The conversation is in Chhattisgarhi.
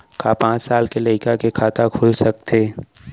का पाँच साल के लइका के खाता खुल सकथे?